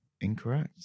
Incorrect